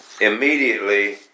Immediately